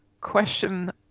Question